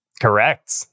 Correct